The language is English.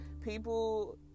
people